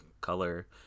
color